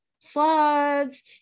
slides